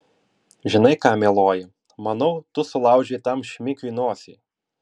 žinai ką mieloji manau tu sulaužei tam šmikiui nosį